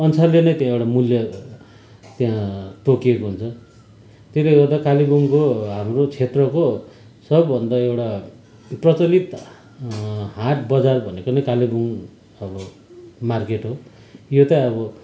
अनुसारले नै त्यो एउटा मूल्य त्यहाँ तोकिएको हुन्छ त्यसले गर्दा कालिम्पोङको हाम्रो क्षेत्रको सबभन्दा एउटा प्रचलित हाट बजार भनेको नै कालिम्पोङ अब मार्केट हो यो त अब